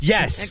Yes